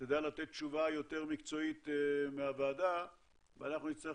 תדע לתת תשובה יותר מקצועית מהוועדה ואנחנו נצטרך